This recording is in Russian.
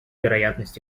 вероятность